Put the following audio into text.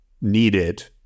needed